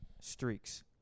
streaks